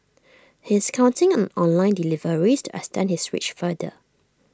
he is counting on online deliveries to extend his reach farther